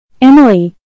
Emily